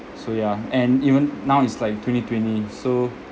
so yeah and even now it's like twenty twenty so